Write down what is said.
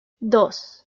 dos